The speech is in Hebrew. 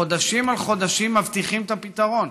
חודשים על חודשים מבטיחים את הפתרון,